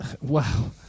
Wow